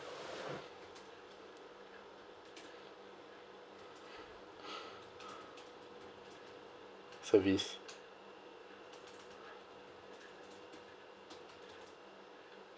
service